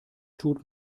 tut